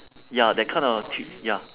ya that kind of t~ ya